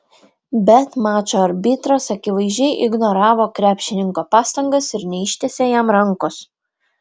bet mačo arbitras akivaizdžiai ignoravo krepšininko pastangas ir neištiesė jam rankos